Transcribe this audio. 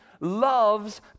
loves